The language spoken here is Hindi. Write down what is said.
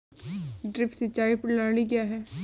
ड्रिप सिंचाई प्रणाली क्या है?